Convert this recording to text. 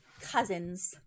cousins